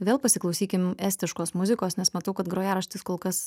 vėl pasiklausykim estiškos muzikos nes matau kad grojaraštis kol kas